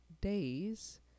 days